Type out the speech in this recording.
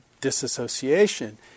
disassociation